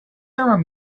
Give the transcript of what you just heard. and